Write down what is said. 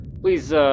Please